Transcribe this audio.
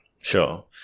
sure